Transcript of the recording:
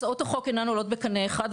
הצעות החוק אינן עולות בקנה אחד,